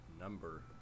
number